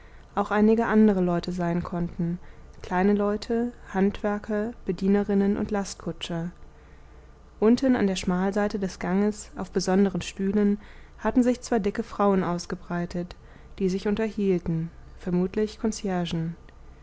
auch einige andere leute sein konnten kleine leute handwerker bedienernnen und lastkutscher unten an der schmalseite des ganges auf besonderen stühlen hatten sich zwei dicke frauen ausgebreitet die sich unterhielten vermutlich